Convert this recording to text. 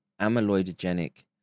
amyloidogenic